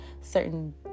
certain